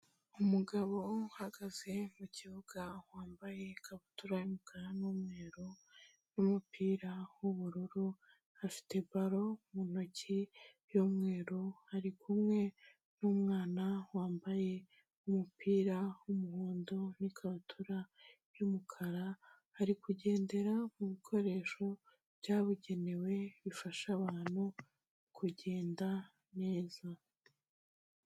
Umugabo uhagaze mu kibuga wambaye ikabutura y’umukara n'umweru n'umupira w’ubururu, afite ballon mu ntoki y’umweru, ari kumwe n’umwana wambaye umupira w’umuhondo n'ikabutura y'umukara, ari kugendera mu bikoresho byabugenewe bifasha abantu kugenda neza.